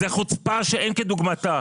זו חוצפה שאין כדוגמתה.